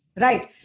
Right